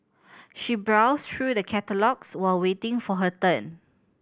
she browsed through the catalogues while waiting for her turn